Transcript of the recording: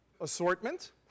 assortment